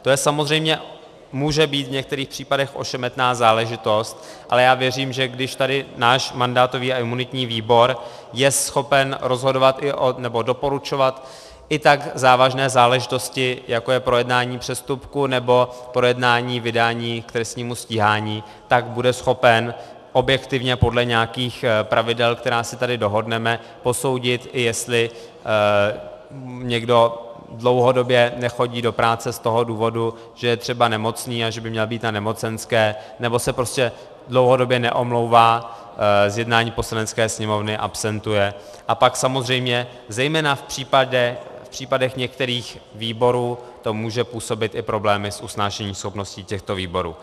To samozřejmě může být v některých případech ošemetná záležitost, ale já věřím, že když tady náš mandátový a imunitní výbor je schopen doporučovat i tak závažné záležitosti, jako je projednání přestupku nebo projednání vydání k trestnímu stíhání, tak bude schopen objektivně podle nějakých pravidel, která si tady dohodneme, i posoudit, jestli někdo dlouhodobě nechodí do práce z toho důvodu, že je třeba nemocný a že by měl být na nemocenské, nebo se prostě dlouhodobě neomlouvá z jednání Poslanecké sněmovny, absentuje, a pak samozřejmě, zejména v případech některých výborů to může působit i problémy s usnášeníschopností těchto výborů.